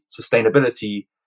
sustainability